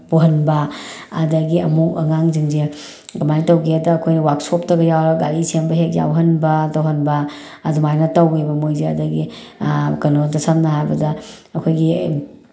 ꯄꯨꯍꯟꯕ ꯑꯗꯒꯤ ꯑꯃꯨꯛ ꯑꯉꯥꯡꯁꯤꯡꯁꯦ ꯀꯃꯥꯏꯅ ꯇꯧꯒꯦ ꯍꯥꯏꯗ ꯑꯩꯈꯣꯏꯅ ꯋꯥꯛꯁꯣꯞꯇꯒ ꯌꯥꯎꯔꯒ ꯒꯥꯔꯤ ꯁꯦꯝꯕ ꯍꯦꯛ ꯌꯥꯎꯍꯟꯕ ꯇꯧꯍꯟꯕ ꯑꯗꯨꯃꯥꯏꯅ ꯇꯧꯋꯦꯕ ꯃꯣꯏꯁꯦ ꯑꯗꯒꯤ ꯀꯩꯅꯣꯗ ꯁꯝꯅ ꯍꯥꯏꯔꯕꯗ ꯑꯩꯈꯣꯏꯒꯤ